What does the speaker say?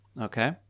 Okay